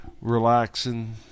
relaxing